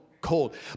cold